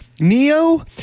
Neo